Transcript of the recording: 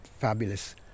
fabulous